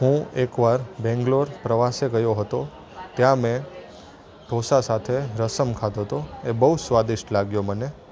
હું એક વાર બેંગલોર પ્રવાસે ગયો હતો ત્યાં મેં ઢોંસા સાથે રસમ ખાધો તો એ બહુ સ્વાદિષ્ટ લાગ્યો મને